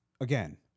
Again